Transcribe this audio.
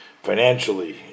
Financially